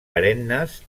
perennes